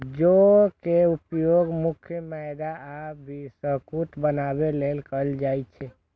जौ के उपयोग मुख्यतः मैदा आ बिस्कुट बनाबै लेल कैल जाइ छै